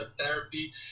therapy